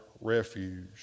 refuge